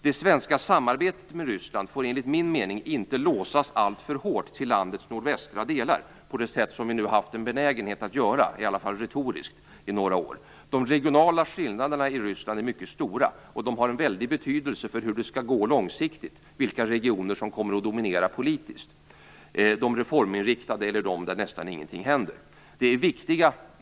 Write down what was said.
Det svenska samarbetet med Ryssland får enligt min mening inte låsas alltför hårt till landets nordvästra delar, på det sätt som vi har haft en benägenhet att göra i några år, i alla fall retoriskt. De regionala skillnaderna i Ryssland är mycket stora, och de har en väldig betydelse för hur det skall gå långsiktigt, vilka regioner som kommer att dominera politiskt, de reforminriktade eller de där nästan ingenting händer.